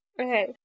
Okay